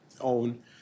own